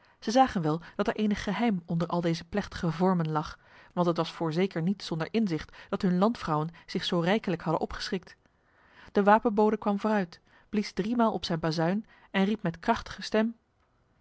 zij zagen wel dat er enig geheim onder al deze plechtige vormen lag want het was voorzeker niet zonder inzicht dat hun landvrouwen zich zo rijkelijk hadden opgeschikt de wapenbode kwam vooruit blies driemaal op zijn bazuin en riep met krachtige stem